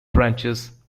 branches